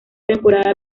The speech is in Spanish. temporada